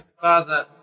father